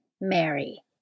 Mary